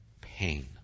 pain